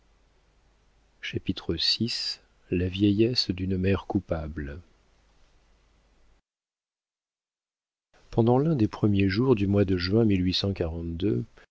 mère vi la vieillesse d'une mère coupable pendant l'un des premiers jours du mois de juin